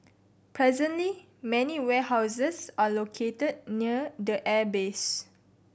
presently many warehouses are located near the airbase